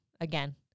again